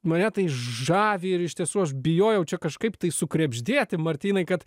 mane tai žavi ir iš tiesų aš bijojau čia kažkaip tai sukrebždėti martynai kad